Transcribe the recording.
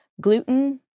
gluten